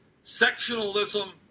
sectionalism